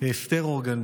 אסתר הורגן,